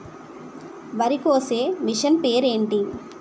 వరి కోసే మిషన్ పేరు ఏంటి